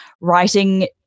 writing